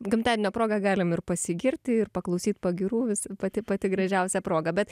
gimtadienio proga galim ir pasigirti ir paklausyt pagyrų vis pati pati gražiausia proga bet